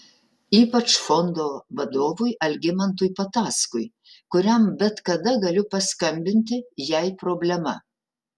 ypač fondo vadovui algimantui patackui kuriam bet kada galiu paskambinti jei problema